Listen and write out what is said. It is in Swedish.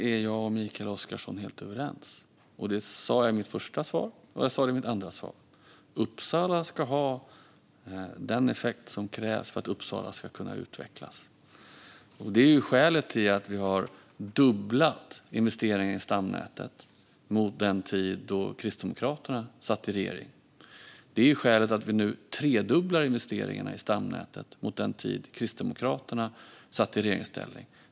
Fru talman! Där är Mikael Oscarsson och jag helt överens. Det sa jag i mitt första svar, och det sa jag i mitt andra svar. Uppsala ska ha den effekt som krävs för att Uppsala ska kunna utvecklas. Det är skälet till att vi har fördubblat investeringarna i stamnätet jämfört med den tid då Kristdemokraterna satt i regeringen. Det är skälet till att vi nu tredubblar investeringarna i stamnätet jämfört med den tid då Kristdemokraterna satt i regeringsställning.